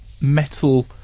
metal